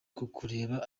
kukureba